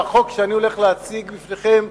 והחוק שאני הולך להציג בפניכם,